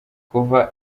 kuva